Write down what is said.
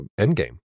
endgame